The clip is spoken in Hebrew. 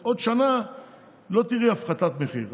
אז עוד שנה לא תראי הפחתת מחירים,